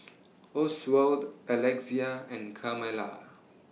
Oswald Alexia and Carmella